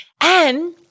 And-